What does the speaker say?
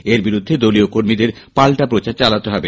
এর বিরুদ্ধে দলীয় কর্মীদের পাল্টা প্রচার চালাতে হবে